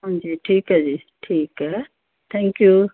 ਹਾਂਜੀ ਠੀਕ ਹੈ ਜੀ ਠੀਕ ਹੈ ਥੈਂਕ ਯੂ